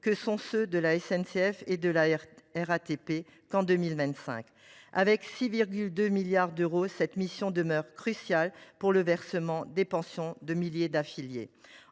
à savoir ceux de la SNCF et de la RATP. Avec 6,2 milliards d’euros, cette mission demeure cruciale pour le versement des pensions de milliers d’affiliés.